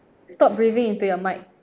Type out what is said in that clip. stop breathing into your mic